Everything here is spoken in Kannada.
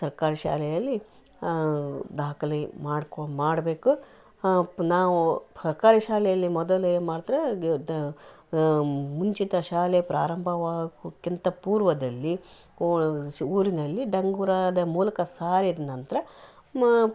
ಸರ್ಕಾರಿ ಶಾಲೆಯಲ್ಲಿ ದಾಖಲೆ ಮಾಡ್ಕೋ ಮಾಡಬೇಕು ನಾವು ಸರ್ಕಾರಿ ಶಾಲೆಯಲ್ಲಿ ಮೊದಲು ಏನು ಮಾಡ್ತಿದ್ರೆ ಗೆ ಡ ಮುಂಚಿತ ಶಾಲೆ ಪ್ರಾರಂಭವಾಗುಕ್ಕಿಂತ ಪೂರ್ವದಲ್ಲಿ ಊರಿನಲ್ಲಿ ಡಂಗೂರದ ಮೂಲಕ ಸಾರಿದ ನಂತರ ಮಾ